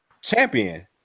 champion